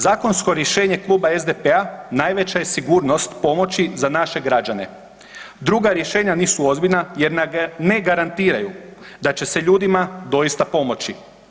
Zakonsko rješenje kluba SDP-a najveća je sigurnost pomoći za naše građane, druga rješenja nisu ozbiljna jer ne garantiraju da će se ljudima doista pomoći.